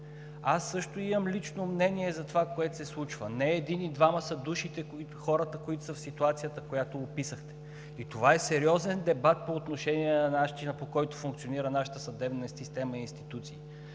Аз също имам лично мнение за това, което се случва. Не един и двама са хората, които са в ситуацията, която описахте, и това е сериозен дебат по отношение на начина, по който функционират нашата съдебна система и институции.